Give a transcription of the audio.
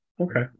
Okay